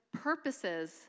purposes